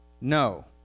no